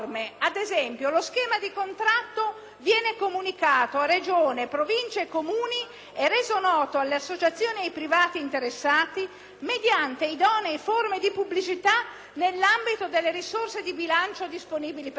e reso noto alle associazioni ed ai privati interessati mediante idonee forme di pubblicità nell'ambito delle risorse di bilancio disponibili per lo scopo. Ma se queste risorse di bilancio non ci sono, chi ne informa,